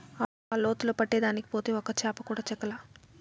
ఆ లోతులో పట్టేదానికి పోతే ఒక్క చేప కూడా చిక్కలా